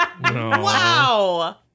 Wow